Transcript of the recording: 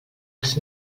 als